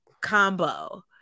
combo